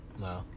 No